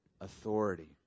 authority